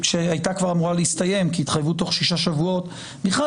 שכבר הייתה אמורה להסתיים כי התחייבו תוך שלושה שבועות ובכלל,